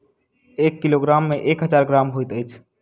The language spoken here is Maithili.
एक किलोग्राम मे एक हजार ग्राम होइत अछि